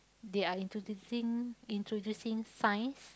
they are introducing introducing science